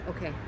Okay